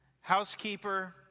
housekeeper